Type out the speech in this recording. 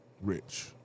Rich